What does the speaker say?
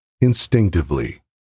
Instinctively